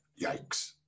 yikes